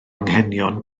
anghenion